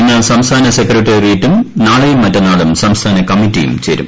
ഇന്ന് സംസ്ഥാന സെക്രട്ടേറിയറ്റും നാളെയ്യൂം മറ്റന്നാളും സംസ്ഥാന കമ്മിറ്റിയും ചേരും